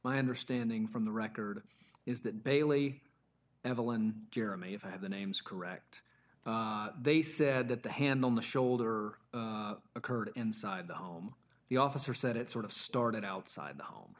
my understanding from the record is that bailey evelyn jeremy if i had the names correct they said that the hand on the shoulder occurred inside the home the officer said it sort of started outside the home